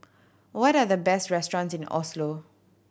what are the best restaurants in Oslo